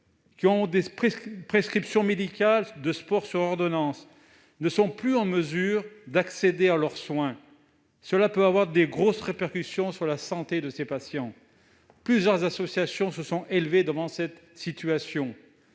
disposant de prescriptions médicales de sport ne sont plus en mesure d'accéder à leurs soins. Cela peut avoir d'importantes répercussions sur la santé de ces patients. Plusieurs associations se sont élevées contre cette situation.